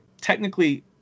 technically